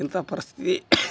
ಇಂಥ ಪರಿಸ್ಥಿತಿ